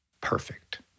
perfect